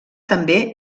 també